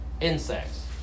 insects